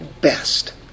best